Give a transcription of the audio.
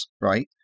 right